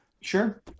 Sure